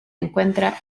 encuentra